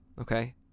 okay